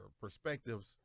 perspectives